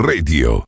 Radio